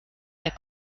der